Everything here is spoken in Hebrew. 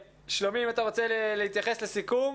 שלומי יחיאב, אם אתה רוצה להתייחס לסיכום.